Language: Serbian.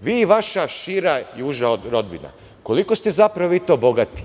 Vi i vaša šira i uža rodbina – koliko ste zapravo vi to bogati?